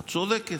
את צודקת,